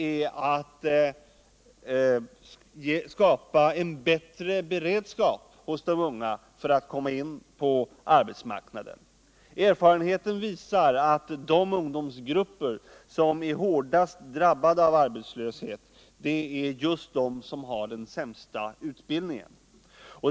är att skapa en bättre beredskap hos de unga för att komma in på arbetsmarknaden. Erfarenheten visar att de ungdomsgrupper som är hårdast drabbade av arbetslöshet är just de som har sämst utbildning.